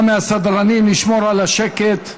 גם מהסדרנים, לשמור על השקט.